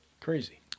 crazy